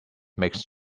makes